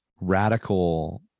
radical